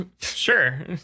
sure